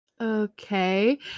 Okay